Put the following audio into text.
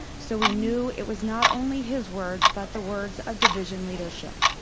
so we knew it was not only his words but the words of division leadership.